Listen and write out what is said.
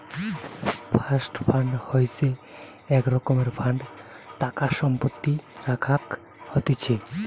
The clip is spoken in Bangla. ট্রাস্ট ফান্ড হইসে এক রকমের ফান্ড টাকা সম্পত্তি রাখাক হতিছে